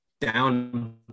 down